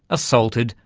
assaulted,